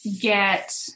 get